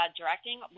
directing